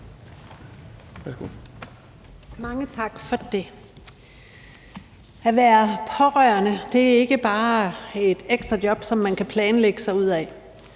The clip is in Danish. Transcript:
Mange tak for det. At være pårørende er ikke bare et ekstra job, som man kan planlægge sig ud af.